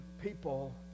people